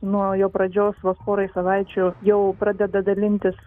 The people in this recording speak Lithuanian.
nuo jo pradžios vos porai savaičių jau pradeda dalintis